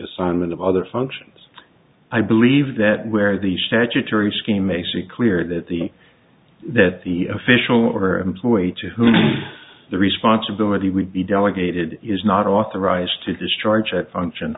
assignment of other functions i believe that where the statutory scheme makes it clear that the that the official or employee to whom the responsibility would be delegated is not authorized to discharge that function